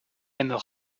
aime